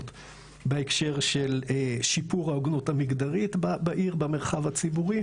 בהקשר של שיפור ההוגנות המגדרית בעיר במרחב הציבורי.